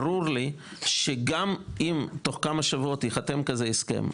ברור לי שגם אם תוך כמה שבועות ייחתם כזה הסכם,